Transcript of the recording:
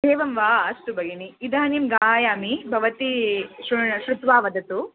एवं वा अस्तु भगिनी इदानीं गायामी भवती श्रू श्रुत्वा वदतु